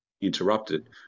interrupted